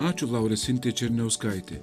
ačiū laurai sintijai černiauskaitei